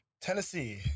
Tennessee